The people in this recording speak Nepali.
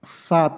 सात